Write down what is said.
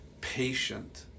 patient